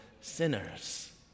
sinners